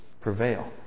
prevail